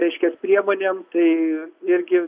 reiškias priemonėm tai irgi